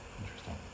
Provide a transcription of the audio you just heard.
interesting